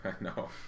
No